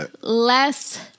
less